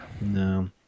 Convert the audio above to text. no